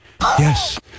Yes